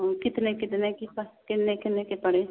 हाँ कितने कितने की कितने कितने के पड़े